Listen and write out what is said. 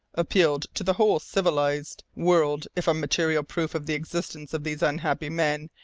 appealed to the whole civilized world if a material proof of the existence of these unhappy men,